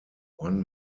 one